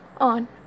on